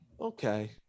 Okay